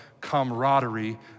camaraderie